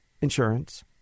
insurance